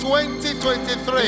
2023